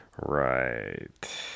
Right